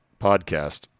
podcast